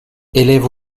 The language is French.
élève